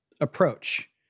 approach